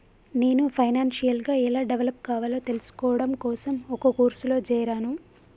నేను ఫైనాన్షియల్ గా ఎలా డెవలప్ కావాలో తెల్సుకోడం కోసం ఒక కోర్సులో జేరాను